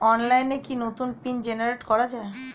অনলাইনে কি নতুন পিন জেনারেট করা যায়?